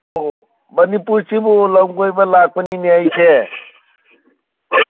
ꯑꯣ ꯃꯅꯤꯄꯨꯔꯁꯤꯕꯨ ꯂꯝꯀꯣꯏꯕ ꯂꯥꯛꯄꯅꯤꯅꯦ ꯑꯩꯁꯦ